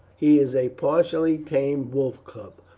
he is a partially tamed wolf cub,